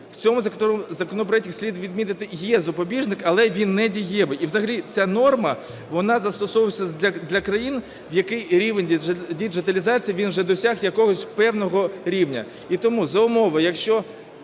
В цьому законопроекті, слід відмітити, є запобіжник, але він недієвий. І взагалі ця норма, вона застосовується для країн, в яких рівень діджиталізації, він уже досяг якогось певного рівня. І тому за умови, якщо